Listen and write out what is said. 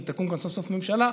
ותקום כאן סוף-סוף ממשלה,